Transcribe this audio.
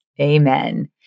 Amen